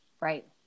Right